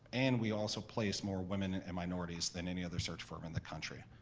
and we also place more women and and minorities than any other search firm in the country.